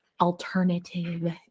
alternative